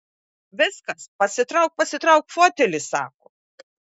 viskas pasitrauk pasitrauk fotelį sako